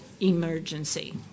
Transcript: emergency